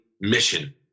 mission